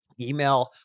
email